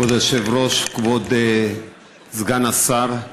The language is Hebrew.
כבוד היושב-ראש, כבוד סגן השר,